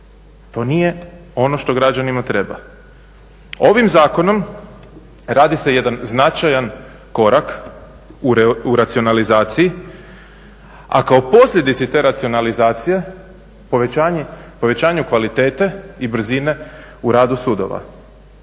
To nije ono što građanima treba. Ovim zakonom radi se jedan značajan korak u racionalizaciji, a kao posljedica te racionalizacije povećanju kvalitete i brzine u radu sudova.